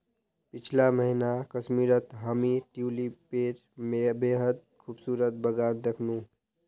पीछला महीना कश्मीरत हामी ट्यूलिपेर बेहद खूबसूरत बगान दखनू